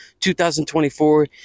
2024